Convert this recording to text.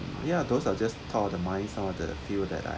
ya those are just thought the minds some of the feel that I